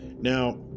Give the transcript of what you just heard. now